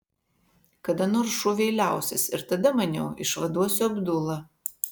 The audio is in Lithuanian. kada nors šūviai liausis ir tada maniau išvaduosiu abdulą